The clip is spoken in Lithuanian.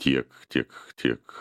tiek tiek tiek